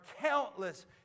countless